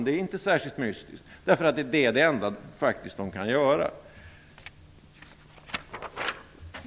Det är inte särskilt mystiskt. Det är faktiskt det enda de kan göra.